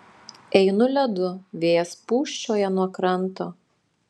einu ledu vėjas pūsčioja nuo kranto